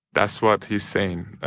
that's what he's saying.